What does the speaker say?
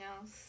else